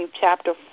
chapter